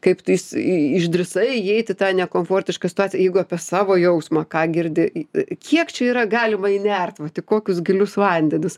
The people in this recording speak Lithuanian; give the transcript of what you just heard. kaip tu i išdrįsai įeit į tą nekomfortišką situaciją jeigu apie savo jausmą ką girdi kiek čia yra galima įnert vat į kokius gilius vandenis